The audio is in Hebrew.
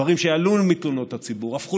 שדברים שעלו מתלונות הציבור והפכו